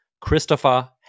Christopher